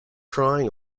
crying